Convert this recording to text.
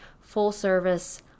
full-service